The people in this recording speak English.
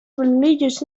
religious